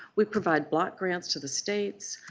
we provide block grants to the states.